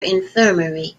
infirmary